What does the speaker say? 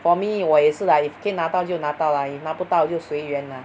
for me 我也是 like 可以拿到就拿到 lah if 拿不到就随缘 lah